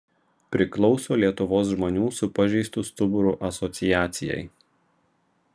priklauso lietuvos žmonių su pažeistu stuburu asociacijai